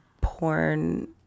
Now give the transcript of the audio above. porn